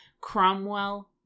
Cromwell